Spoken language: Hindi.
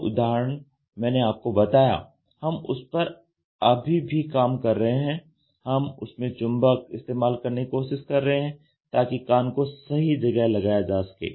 जो उदाहरण मैंने आपको बताया हम उस पर अभी भी काम कर रहे हैं हम उसमें चुंबक इस्तेमाल करने की कोशिश कर रहे हैं ताकि कान को सही जगह लगाया जा सके